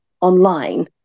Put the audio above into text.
online